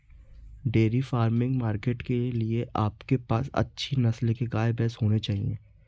dairy farming market के लिए आपके पास अच्छी नस्ल के गाय, भैंस होने चाहिए